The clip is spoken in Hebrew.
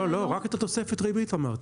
לא, לא, רק את התוספת ריבית אמרתי.